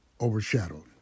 overshadowed